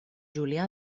julià